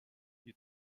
you